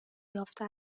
یافته